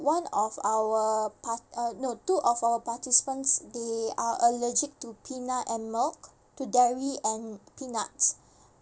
one of our part~ uh no two of our participants they are allergic to peanut and milk to dairy and peanuts